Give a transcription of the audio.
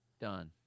Done